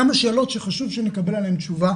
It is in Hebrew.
כמה שאלות שחשוב שנקבל עליהן תשובה,